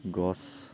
গছ